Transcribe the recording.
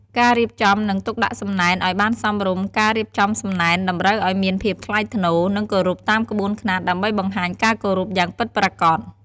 ការរៀបចំ និងទុកដាក់សំណែនឲ្យបានសមរម្យការរៀបចំសំណែនតម្រូវឲ្យមានភាពថ្លៃថ្នូរ និងគោរពតាមក្បួនខ្នាតដើម្បីបង្ហាញការគោរពយ៉ាងពិតប្រាកដ។